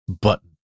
button